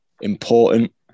important